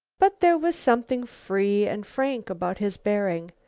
but there was something free and frank about his bearing.